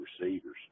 receivers